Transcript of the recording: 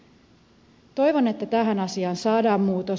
toivon että tähän asiaan saadaan muutos